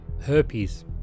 Herpes